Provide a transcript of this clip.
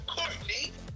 Courtney